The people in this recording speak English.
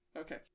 okay